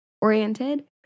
oriented